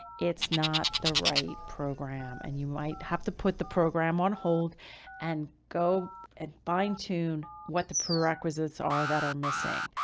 it's not the right program and you might have to put the program on hold and go and fine tune what the prerequisites are that are missing.